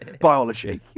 Biology